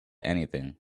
anything